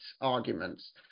arguments